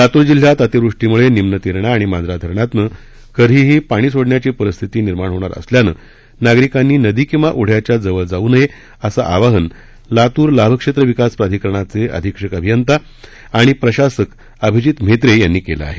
लातूर जिल्ह्यात अतिवृष्टीमुळे निम्न तेरणा आणि मांजरा धरणांतनं कधीही पाणी सोडण्याची परिस्थिती निर्माण होणार असल्यानं नागरिकांनी नदी किंवा ओढ्यांच्या जवळ जाऊ नये असं आवाहन लातूर लाभक्षेत्र विकास प्राधिकरणाचे अधिक्षक अभियंता आणि प्रशासक अभिजीत म्हेत्रे यांनी केलं आहे